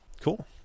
cool